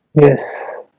Yes